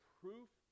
proof